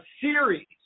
series